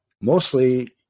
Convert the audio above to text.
mostly